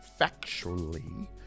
factually